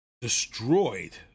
destroyed